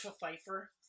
Pfeiffer